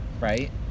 right